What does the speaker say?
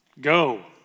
go